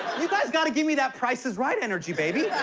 you guys got to give me that price is right energy, baby.